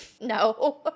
No